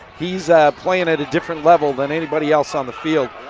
he's playing at a different level than anybody else on the field,